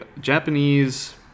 Japanese